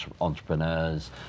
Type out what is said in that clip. entrepreneurs